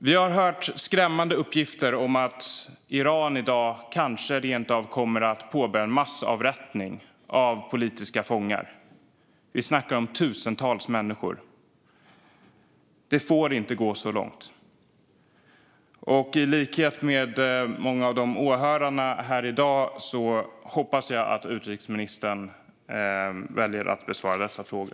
Vi har hört skrämmande uppgifter om att Iran i dag kanske rent av kommer att påbörja massavrättning av politiska fångar. Vi snackar om tusentals människor. Det får inte gå så långt. I likhet med många av åhörarna här i dag hoppas jag att utrikesministern väljer att besvara dessa frågor.